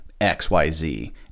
xyz